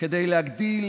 כדי להגדיל